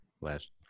last